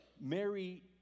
Mary